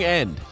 end